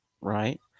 right